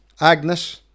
Agnes